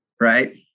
right